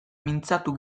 mintzatu